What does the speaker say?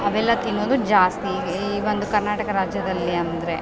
ಅವೆಲ್ಲ ತಿನ್ನೋದು ಜಾಸ್ತಿ ಈ ಒಂದು ಕರ್ನಾಟಕ ರಾಜ್ಯದಲ್ಲಿ ಅಂದರೆ